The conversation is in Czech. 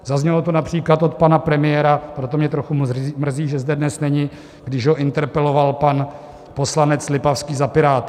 Zaznělo to například od pana premiéra, proto mě trochu mrzí, že zde dnes není, když ho interpeloval pan poslanec Lipavský za Piráty.